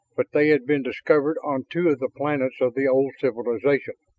but they had been discovered on two of the planets of the old civilization,